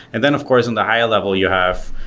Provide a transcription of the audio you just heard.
and then of course in the higher level, you have